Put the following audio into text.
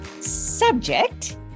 subject